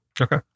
Okay